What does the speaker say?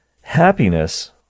happiness